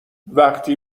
وقتی